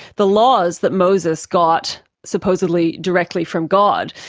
the laws that moses got supposedly directly from god,